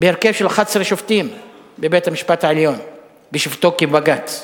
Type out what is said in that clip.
בהרכב של 11 שופטים בבית-המשפט העליון בשבתו כבג"ץ.